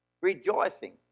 rejoicing